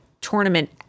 tournament